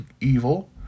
evil